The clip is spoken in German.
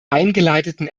eingeleiteten